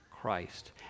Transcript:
Christ